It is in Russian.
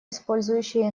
использующие